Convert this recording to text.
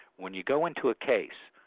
when you go into a case,